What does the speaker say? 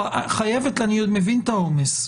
אני מבין את העומס,